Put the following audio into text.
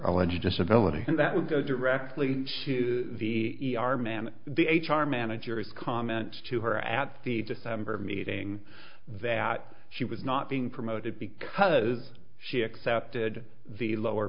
alleged disability and that would go directly to the man the h r manager his comments to her at the december meeting that she was not being promoted because she accepted the lower